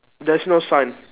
there's no sign